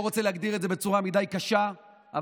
לא רוצה להגדיר את זה בצורה קשה מדי,